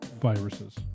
Viruses